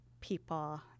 people